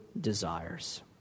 desires